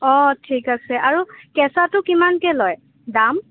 অঁ ঠিক আছে আৰু কেঁচাটো কিমানকৈ লয় দাম